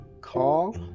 Call